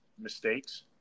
mistakes